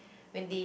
when they